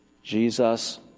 Jesus